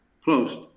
closed